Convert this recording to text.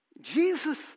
Jesus